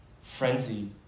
frenzy